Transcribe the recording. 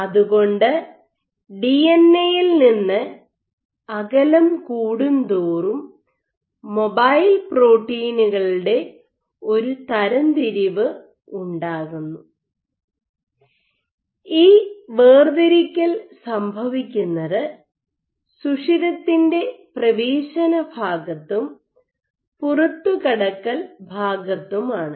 അതുകൊണ്ട് ഡിഎൻഎയിൽ നിന്ന് അകലം കൂടുന്തോറും മൊബൈൽ പ്രോട്ടീനുകളുടെ ഒരു തരംതിരിവ് ഉണ്ടാകുന്നു ഈ വേർതിരിക്കൽ സംഭവിക്കുന്നത് സുഷിരത്തിൻ്റെ പ്രവേശനഭാഗത്തും പുറത്തുകടക്കൽ ഭാഗത്തുമാണ്